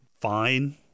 fine